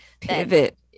Pivot